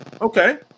Okay